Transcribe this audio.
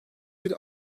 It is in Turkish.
bir